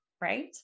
Right